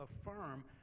affirm